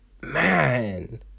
man